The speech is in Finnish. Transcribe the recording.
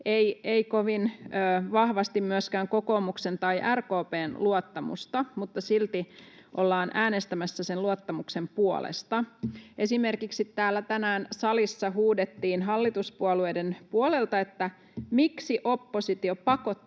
ei kovin vahvasti myöskään kokoomuksen tai RKP:n luottamusta, mutta silti ollaan äänestämässä sen luottamuksen puolesta. Esimerkiksi tänään täällä salissa huudettiin hallituspuolueiden puolelta, että miksi oppositio pakottaa